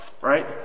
Right